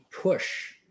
push